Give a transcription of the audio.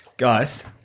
Guys